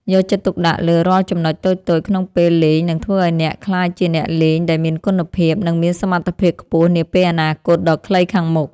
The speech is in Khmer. យកចិត្តទុកដាក់លើរាល់ចំណុចតូចៗក្នុងពេលលេងនឹងធ្វើឱ្យអ្នកក្លាយជាអ្នកលេងដែលមានគុណភាព និងមានសមត្ថភាពខ្ពស់នាពេលអនាគតដ៏ខ្លីខាងមុខ។